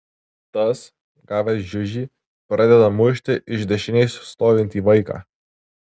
tas gavęs žiužį pradeda mušti iš dešinės stovintį vaiką